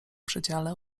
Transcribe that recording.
przedziale